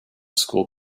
school